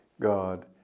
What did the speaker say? God